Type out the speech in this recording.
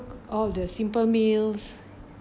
all the simple meals